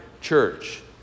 church